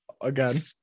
again